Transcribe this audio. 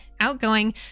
outgoing